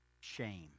Shame